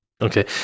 Okay